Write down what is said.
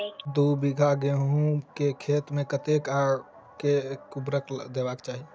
दु बीघा गहूम केँ खेत मे कतेक आ केँ उर्वरक देबाक चाहि?